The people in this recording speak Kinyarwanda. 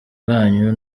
bwanyu